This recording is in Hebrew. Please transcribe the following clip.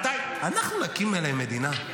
אנחנו נקים להם מדינה?